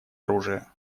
оружия